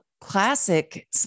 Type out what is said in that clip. classic